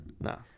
No